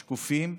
השקופים,